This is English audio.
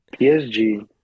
PSG